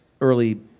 early